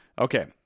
Okay